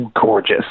gorgeous